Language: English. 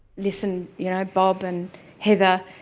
listen, yeah bob and heather,